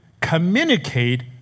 communicate